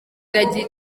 iragira